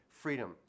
freedom